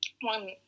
one